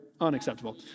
Unacceptable